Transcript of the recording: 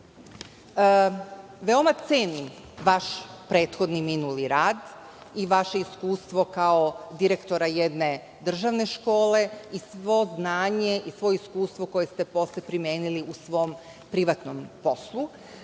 cenim vaš prethodni minuli rad i vaše iskustvo kao direktora jedne državne škole i svo znanje i svo iskustvo koje ste posle primenili u svom privatnom poslu. Moram